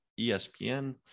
ESPN